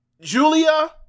Julia